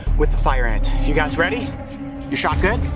with a fire ant. you guys ready? your shot good?